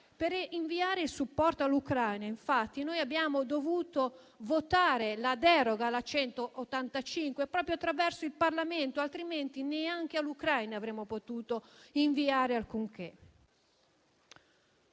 Per inviare il supporto all'Ucraina, infatti, abbiamo dovuto votare la deroga alla legge n. 185 proprio attraverso il Parlamento, altrimenti neanche all'Ucraina avremmo potuto inviare alcunché.